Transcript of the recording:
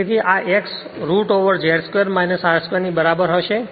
તેથી આ X root over Z 2 R 2 ના બરાબર થશે